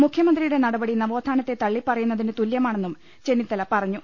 മുഖ്യമന്ത്രിയുടെ നടപടി നവോത്ഥാനത്തെ തള്ളിപ്പറയുന്നതിന് തുല്ല്യമാണെന്നും ചെന്നിത്തല പറഞ്ഞു